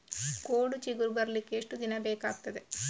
ಕೋಡು ಚಿಗುರು ಬರ್ಲಿಕ್ಕೆ ಎಷ್ಟು ದಿನ ಬೇಕಗ್ತಾದೆ?